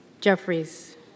Jeffries